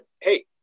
Hey